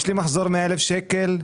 יש לי מחזור 100,000 שקל,